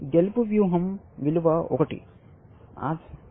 గెలుపు వ్యూహం విలువ 1